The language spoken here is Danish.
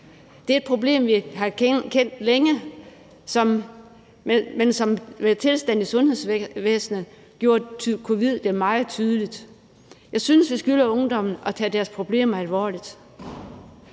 Det er et problem, vi har kendt længe, men som tilstanden i sundhedsvæsenet er, gjorde covid-19 det meget tydeligt. Jeg synes, vi skylder ungdommen at tage deres problemer alvorligt.